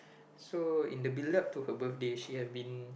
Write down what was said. so in the build up to her birthday she had been